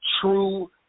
true